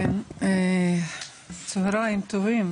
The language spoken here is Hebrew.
צוהריים טובים,